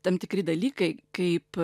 tam tikri dalykai kaip